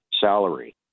salary